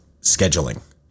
scheduling